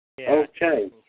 Okay